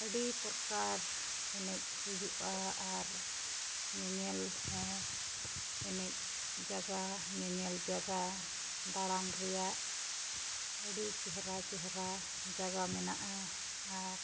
ᱟᱹᱰᱤ ᱯᱚᱨᱠᱟᱨ ᱮᱱᱮᱡ ᱦᱩᱭᱩᱜᱼᱟ ᱟᱨ ᱧᱮᱧᱮᱞ ᱦᱚᱸ ᱮᱱᱮᱡ ᱡᱟᱭᱜᱟ ᱧᱮᱧᱮᱞ ᱡᱟᱭᱜᱟ ᱫᱟᱬᱟᱱ ᱨᱮᱭᱟᱜ ᱟᱹᱰᱤ ᱪᱮᱦᱨᱟᱼᱪᱮᱦᱨᱟ ᱡᱟᱭᱜᱟ ᱢᱮᱱᱟᱜᱼᱟ ᱟᱨ